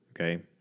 Okay